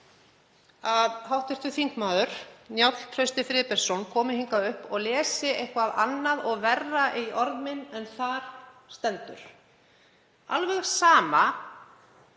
að hv. þm. Njáll Trausti Friðbertsson komi hingað upp og lesi eitthvað annað og verra í orð mín en þar stendur, alveg sama